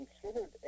considered